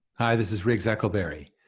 hi this is riggs eckelberry,